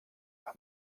amb